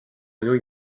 new